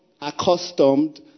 accustomed